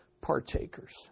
partakers